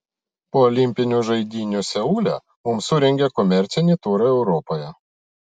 po olimpinių žaidynių seule mums surengė komercinį turą europoje